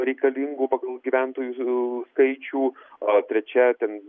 reikalingų pagal gyventojų skaičių o trečia ten